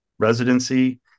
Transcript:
residency